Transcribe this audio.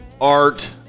art